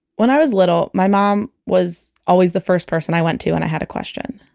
when i was little, my mom was always the first person i went to when i had a question.